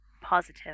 positive